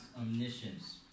omniscience